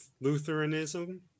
Lutheranism